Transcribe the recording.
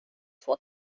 två